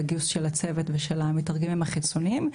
הגיוס של הצוות ושל המתרגמים החיצוניים.